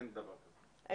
אין דבר כזה.